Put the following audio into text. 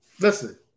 Listen